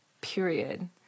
period